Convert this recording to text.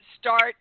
start